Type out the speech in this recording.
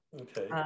Okay